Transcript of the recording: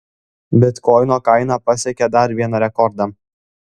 bitkoino kaina pasiekė dar vieną rekordą